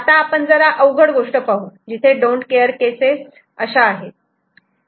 आता आपण जरा अवघड गोष्ट पाहू जिथे डोन्ट केअर केसेस अशा आहेत